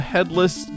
Headless